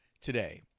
today